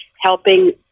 helping